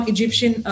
Egyptian